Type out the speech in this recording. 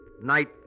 Night